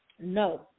no